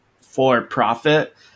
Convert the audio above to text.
for-profit